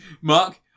Mark